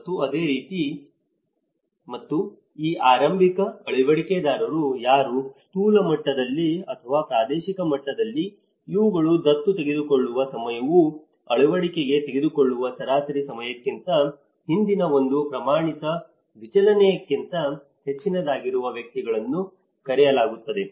ಮತ್ತು ಅದೇ ರೀತಿ ಮತ್ತು ಈ ಆರಂಭಿಕ ಅಳವಡಿಕೆದಾರರು ಯಾರು ಸ್ಥೂಲ ಮಟ್ಟದಲ್ಲಿ ಅಥವಾ ಪ್ರಾದೇಶಿಕ ಮಟ್ಟದಲ್ಲಿ ಇವುಗಳು ದತ್ತು ತೆಗೆದುಕೊಳ್ಳುವ ಸಮಯವು ಅಳವಡಿಕೆಗೆ ತೆಗೆದುಕೊಳ್ಳುವ ಸರಾಸರಿ ಸಮಯಕ್ಕಿಂತ ಹಿಂದಿನ ಒಂದು ಪ್ರಮಾಣಿತ ವಿಚಲನಕ್ಕಿಂತ ಹೆಚ್ಚಿನದಾಗಿರುವ ವ್ಯಕ್ತಿಗಳನ್ನು ಕರೆಯಲಾಗುತ್ತದೆ